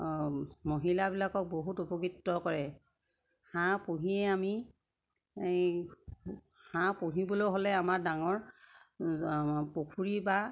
মহিলাবিলাকক বহুত উপকৃত কৰে হাঁহ পুহিয়ে আমি হাঁহ পুহিবলৈ হ'লে আমাৰ ডাঙৰ পুখুৰী বা